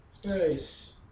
Space